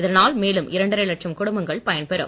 இதனால் மேலும் இரண்டரை லட்சம் குடும்பங்கள் பயன்பெறும்